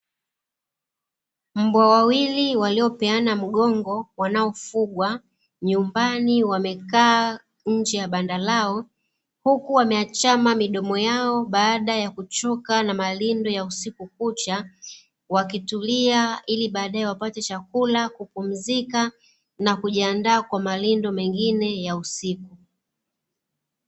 Mbwa wawili waliopeana mgongo, wanaofugwa nyumbani wamekaa nje ya banda lao, huku wameachama midomo yao baada ya kuchoka na malindo ya usiku kucha, wakitulia ili baadae wapate chakula, kupumzika, na kujiandaa kwa malindo mengine ya usiku.